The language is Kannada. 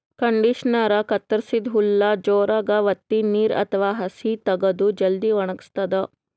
ಕಂಡಿಷನರಾ ಕತ್ತರಸಿದ್ದ್ ಹುಲ್ಲ್ ಜೋರಾಗ್ ವತ್ತಿ ನೀರ್ ಅಥವಾ ಹಸಿ ತಗದು ಜಲ್ದಿ ವಣಗಸ್ತದ್